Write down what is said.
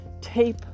tape